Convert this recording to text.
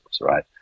right